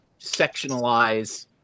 sectionalize